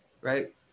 right